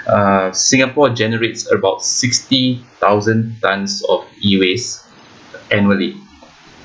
uh singapore generates about sixty thousand tonnes of E waste annually